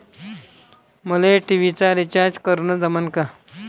मले टी.व्ही चा रिचार्ज करन जमन का?